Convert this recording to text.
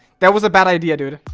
that was a bad idea dude.